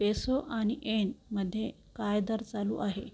peso आणि येनमध्ये काय दर चालू आहे